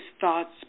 thoughts